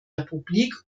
republik